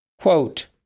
Quote